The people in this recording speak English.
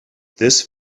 this